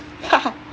haha